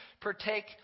partake